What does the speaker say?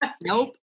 Nope